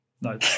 No